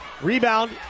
Rebound